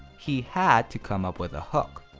he had to come up with a hook.